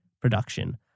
production